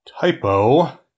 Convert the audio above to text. typo